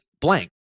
blank